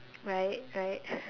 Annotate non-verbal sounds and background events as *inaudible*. right right *breath*